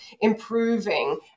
improving